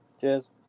cheers